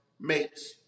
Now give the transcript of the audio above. mates